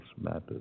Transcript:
matters